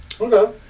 Okay